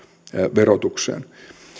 verotukseen